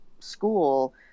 school